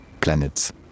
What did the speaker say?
Planets